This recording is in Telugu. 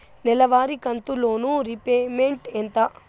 నెలవారి కంతు లోను రీపేమెంట్ ఎంత?